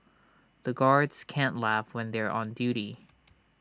the guards can't laugh when they are on duty